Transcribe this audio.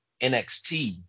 NXT